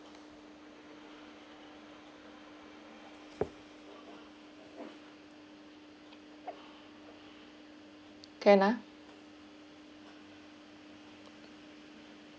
can ah